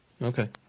Okay